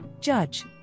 judge